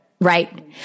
Right